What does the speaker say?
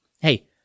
Hey